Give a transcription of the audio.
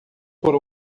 por